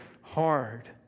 hard